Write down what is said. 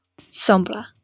Sombra